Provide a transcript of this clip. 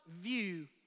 view